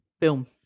Boom